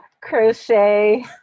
crochet